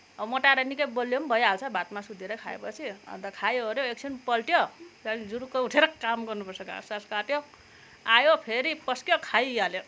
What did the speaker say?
अब मोटाएर निकै बलियो पनि भइहाल्छ भात मासु धेरै खायोपछि अन्त खायोओऱ्यो एकक्षण पल्टियो त्यहाँदेखि जुरुक्क उठेर काम गर्नुपर्छ घाँस सास काट्यो आयो फेरि पस्कियो खाइहाल्यो